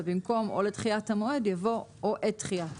במקום "או לדחיית המועד" יבוא "או את דחיית המועד".